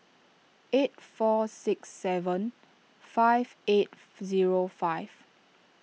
eight four six seven five eight zero five